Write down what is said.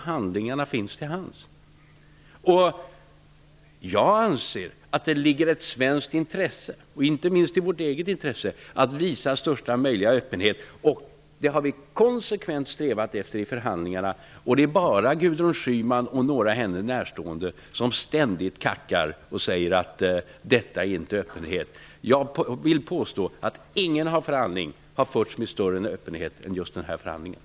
Handlingarna finns till hands. Jag anser att det ligger i svenskt intresse att visa största möjliga öppenhet. Det har vi konsekvent strävat efter i förhandlingarna. Det är enbart Gudrun Schyman och några henne närstående som ständigt kackar och säger att det inte föreligger någon öppenhet. Jag påstår att ingen förhandling har förts med större öppenhet än just denna.